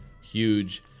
huge